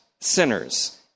Sinners